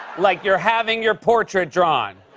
like you're having your portrait drawn.